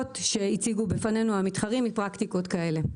שהציגו בפנינו המתחרים מפרקטיקות כאלה.